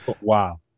Wow